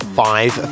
five